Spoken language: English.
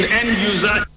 end-user